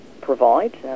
provide